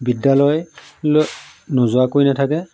বিদ্যালয় লৈ নোযোৱাকৈ কৰি নাথাকে